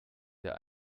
der